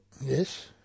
Yes